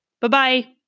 Bye-bye